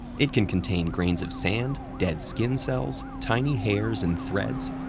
it can contain grains of sand, dead skin cells, tiny hairs and threads,